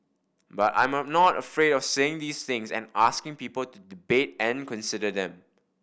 but I'm not afraid of saying these things and asking people to debate and consider them